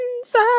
Inside